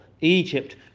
Egypt